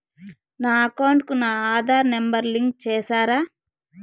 నా అకౌంట్ కు నా ఆధార్ నెంబర్ లింకు చేసారా